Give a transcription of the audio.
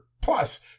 plus